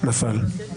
נפל.